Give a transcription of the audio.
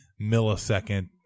millisecond